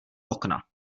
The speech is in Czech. okna